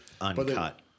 Uncut